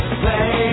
play